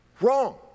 Wrong